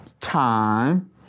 time